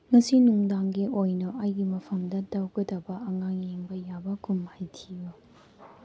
ꯉꯁꯤ ꯅꯨꯡꯗꯥꯡꯒꯤ ꯑꯣꯏꯅ ꯑꯩꯒꯤ ꯃꯐꯝꯗ ꯇꯧꯒꯗꯕ ꯑꯉꯥꯡ ꯌꯦꯡꯕ ꯌꯥꯕ ꯀꯨꯝꯍꯩ ꯊꯤꯎ